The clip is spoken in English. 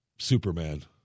Superman